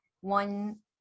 One